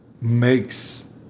makes